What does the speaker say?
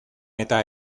eta